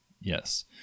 Yes